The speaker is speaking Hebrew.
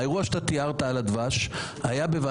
תודה.